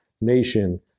nation